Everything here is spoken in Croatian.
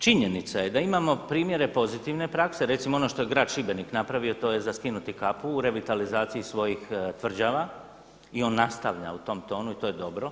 Činjenica je da imamo primjere pozitivne prakse, recimo ono što je grad Šibenik napravio to je za skinuti kapu u revitalizaciji svojih tvrđava i on nastavlja u tom tonu i to je dobro.